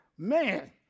Man